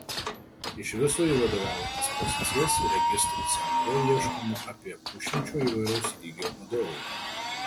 iš viso į vadovaujamas pozicijas registrų centre ieškoma apie pusšimčio įvairaus lygio vadovų